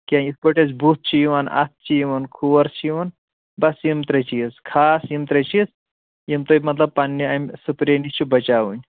کیٚنٛہہ یِتھٕ پأٹھۍ أسۍ بُتھ چھِ یِوان اَتھٕ چھِ یِوان کھۄر چھِ یِوان بس یِم ترٛےٚ چیٖز خاص یِم ترٛےٚ چیٖز یِم تۄہہِ مطلب پننہِ امہِ سُپرے نِش چھِ بچاوٕنۍ